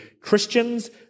Christians